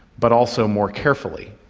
but also more carefully.